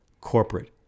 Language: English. corporate